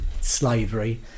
slavery